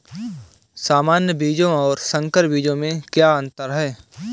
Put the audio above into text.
सामान्य बीजों और संकर बीजों में क्या अंतर है?